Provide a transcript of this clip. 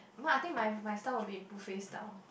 my I think my my style would be buffet style